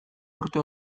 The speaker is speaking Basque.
urte